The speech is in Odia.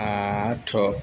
ଆଠ